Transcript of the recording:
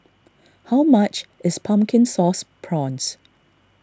how much is Pumpkin Sauce Prawns